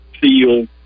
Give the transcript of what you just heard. feel